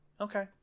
okay